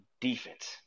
defense